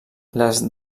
les